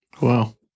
wow